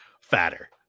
fatter